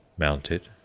mounted,